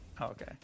Okay